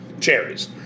cherries